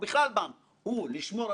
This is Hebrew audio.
והוא כמעט כמו נושא שיטת הבחירות,